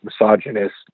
misogynist